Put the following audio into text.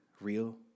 real